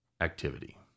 activity